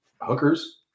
Hookers